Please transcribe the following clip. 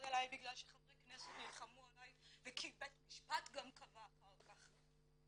אליי בגלל שחברי כנסת נלחמו עליי וכי בית משפט גם קבע אחר כך.